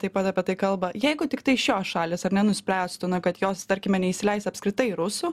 taip pat apie tai kalba jeigu tiktai šios šalys ar nenuspręstų na kad jos tarkime neįsileis apskritai rusų